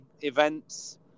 events